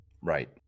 Right